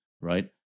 right